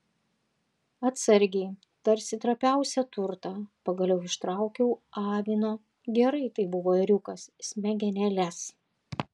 atsargiai tarsi trapiausią turtą pagaliau ištraukiau avino gerai tai buvo ėriukas smegenėles